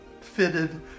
fitted